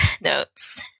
notes